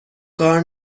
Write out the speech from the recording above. کار